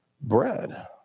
bread